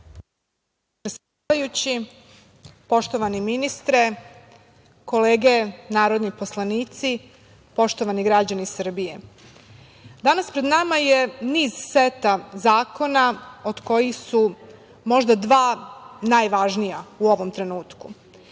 poštovani ministre, kolege narodni poslanici, poštovani građani Srbije, danas je pred nama niz seta zakona, od kojih su možda dva najvažnija u ovom trenutku.